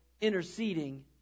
interceding